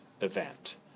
event